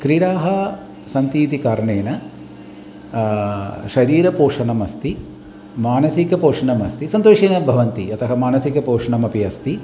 क्रीडाः सन्ति इति कारणेन शरीरपोषणमस्ति मानसिक पोषणमस्ति सन्तोषेण भवन्ति यतः मानसिक पोषणमपि अस्ति